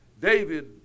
David